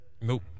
Nope